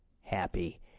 happy